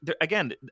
again